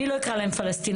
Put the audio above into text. אני לא אקרא להם פלסטינים,